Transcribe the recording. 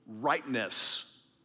rightness